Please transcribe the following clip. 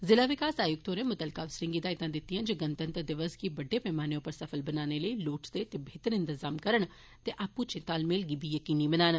जिला विकास आयुक्त होरें मुत्तलका अफसरें गी हिदायतां दितियां जे गणतंत्र दिवस गी बड्डे पैमाने पर सफल बनाने लेई लोड़चदे ते बेहतर इंतजाम करन ते आपस च तालमेल गी यकीनी बनान